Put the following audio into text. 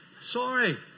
sorry